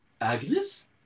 Agnes